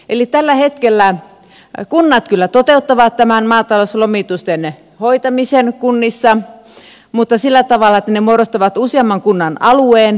eli tällä hetkellä kunnat kyllä toteuttavat tämän maatalouslomitusten hoitamisen kunnissa mutta sillä tavalla että ne muodostavat useamman kunnan alueen